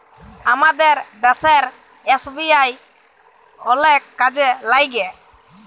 আমাদের দ্যাশের এস.বি.আই অলেক কাজে ল্যাইগে